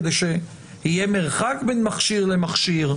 כדי שיהיה מרחק בין מכשיר למכשיר,